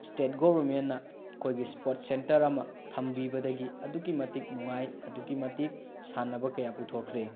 state ꯒꯣꯕꯔꯟꯃꯦꯟꯅ ꯑꯩꯈꯣꯏꯒꯤ sport centre ꯑꯃ ꯊꯝꯕꯤꯕꯗꯒꯤ ꯑꯗꯨꯛꯀꯤ ꯃꯇꯤꯛ ꯅꯨꯡꯉꯥꯏ ꯑꯗꯨꯛꯀꯤ ꯃꯇꯤꯛ ꯁꯥꯟꯅꯕ ꯀꯌꯥ ꯄꯨꯊꯣꯛꯈ꯭ꯔꯦ